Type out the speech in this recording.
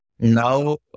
Now